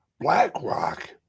blackrock